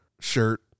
shirt